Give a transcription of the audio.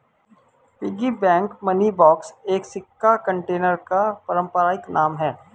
piggy bank money box एक सिक्का container का पारंपरिक नाम है